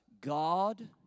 God